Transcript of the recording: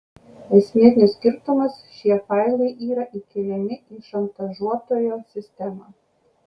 esminis skirtumas šie failai yra įkeliami į šantažuotojo sistemą